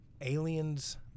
aliens